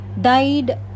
died